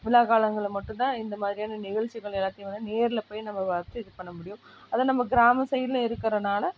விழாக்காலங்களில் மட்டும் தான் இந்த மாதிரியான நிகழ்ச்சிகள் எல்லாத்தையும் வந்து நேரில் போய் நம்ப பார்த்து இது பண்ண முடியும் அதுவும் நம்ம கிராம சைடில் இருக்கிறனால